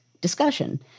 discussion